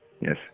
Yes